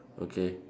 okay